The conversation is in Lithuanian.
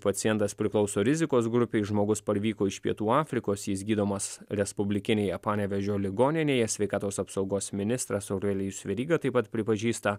pacientas priklauso rizikos grupei žmogus parvyko iš pietų afrikos jis gydomas respublikinėje panevėžio ligoninėje sveikatos apsaugos ministras aurelijus veryga taip pat pripažįsta